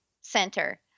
center